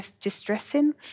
distressing